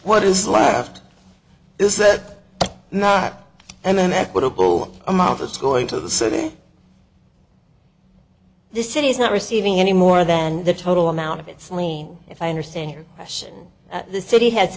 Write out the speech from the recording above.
what is left is that not i mean equitable amount it's going to the city the city is not receiving any more than the total amount of it's only if i understand your question the city has